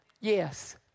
Yes